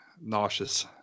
nauseous